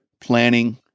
Planning